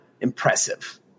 impressive